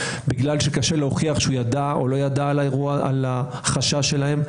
בגלל שקשה להוכיח שהוא ידע או לא ידע על החשש שלהם.